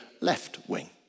left-wing